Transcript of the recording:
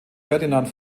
ferdinand